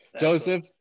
Joseph